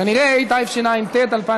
כנראה התשע"ט 2018,